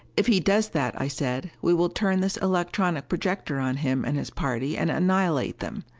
if he does that, i said, we will turn this electronic projector on him and his party and annihilate them.